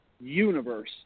universe